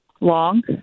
Long